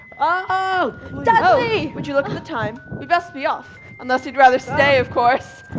ah would you look at the time. we'd best be off unless you'd rather stay, of course.